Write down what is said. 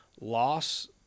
loss